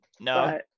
No